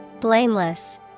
Blameless